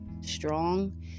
strong